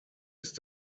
ist